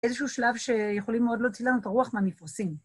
איזשהו שלב שיכולים מאוד להוציא לנו את הרוח מהמפרשים.